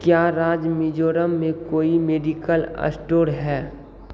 क्या राज्य मिज़ोरम में कोई मेडिकल स्टोर है